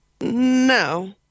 no